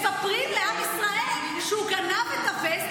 מספרים לעם ישראל שהוא גנב את הווסט,